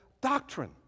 doctrine